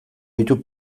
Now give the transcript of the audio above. ditu